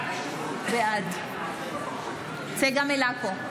בעד צגה מלקו,